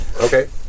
Okay